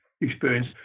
experience